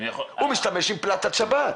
הוא משתמש בפלטת שבת.